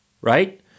right